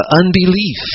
unbelief